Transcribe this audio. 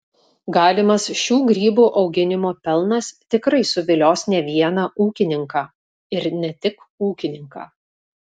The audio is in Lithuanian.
galimas šių grybų auginimo pelnas tikrai suvilios ne vieną ūkininką ir ne tik ūkininką